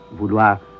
vouloir